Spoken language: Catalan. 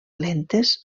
lentes